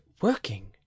working